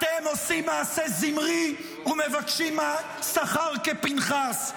אתם עושים מעשה זמרי ומבקשים שכר כפנחס.